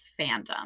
fandom